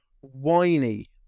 whiny